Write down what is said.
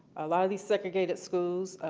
a lot of the segregated schools,